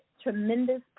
tremendous